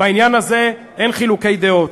בעניין הזה אין חילוקי דעות.